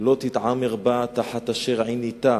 "לא תתעמר בה תחת אשר עינית".